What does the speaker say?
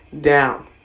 down